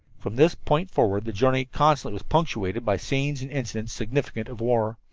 from this point forward the journey constantly was punctuated by scenes and incidents significant of war.